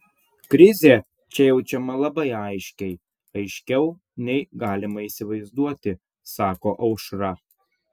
krizė čia jaučiama labai aiškiai aiškiau nei galima įsivaizduoti sako aušra